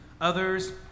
Others